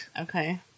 Okay